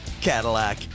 Cadillac